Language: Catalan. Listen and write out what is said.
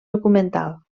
documental